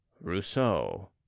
Rousseau